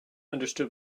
understood